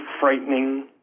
frightening